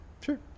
Sure